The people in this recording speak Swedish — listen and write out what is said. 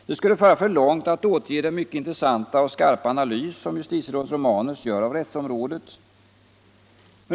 Det skulle föra för långt att återge den mycket intressanta och skarpa analys justitierådet Romanus gör av rättsområdet.